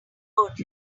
command